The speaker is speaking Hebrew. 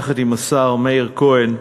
יחד עם השר מאיר כהן,